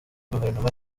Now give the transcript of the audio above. guverinoma